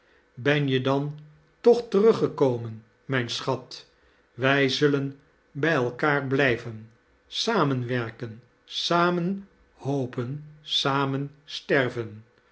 ben je dan toch teruggekomen mijn schat wij zullen bij elkaar blijven samen werken samen hopen samen sterven